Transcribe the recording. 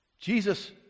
Jesus